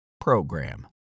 program